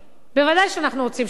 ודאי שאנחנו רוצים שתיפלו